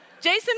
Jason